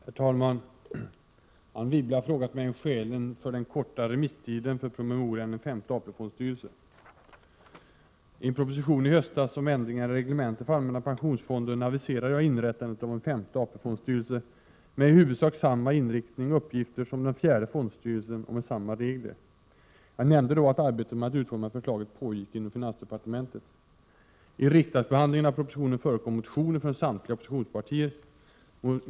Herr talman! Anne Wibble har frågat mig om skälen för den korta remisstiden för promemorian En femte AP-fondstyrelse. I en proposition i höstas om ändringar av reglementet för allmänna pensionsfonden aviserade jag inrättandet av en femte AP-fondstyrelse med i huvudsak samma inriktning och uppgifter som den fjärde fondstyrelsen och med samma regler. Jag nämnde då att arbetet med att utforma förslaget pågick inom finansdepartementet. I riksdagsbehandlingen av propositionen förekom motioner från samtliga oppositionspartier.